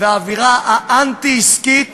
והאווירה האנטי-עסקית